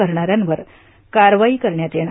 करणाऱ्यांवर कारवाई करण्यात येणार